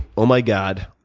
oh, my god,